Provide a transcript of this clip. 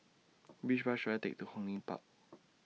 Which Bus should I Take to Hong Lim Park